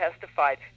testified